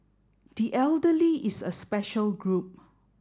the elderly is a special group